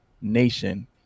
nation